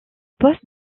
poste